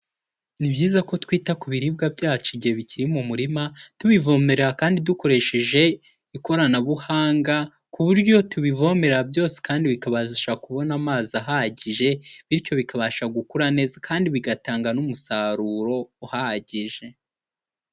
Ni byiza ko twita ku biribwa byacu igihe bikiri mu murima, tubivomerera kandi dukoresheje ikoranabuhanga, ku buryo tubivomera byose kandi bikabasha kubona amazi ahagije, bityo bikabasha gukura neza kandi bigatanga n'umusaruro uhagije.